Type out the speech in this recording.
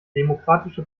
demokratische